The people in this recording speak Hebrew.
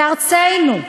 בארצנו.